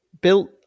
Built